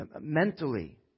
mentally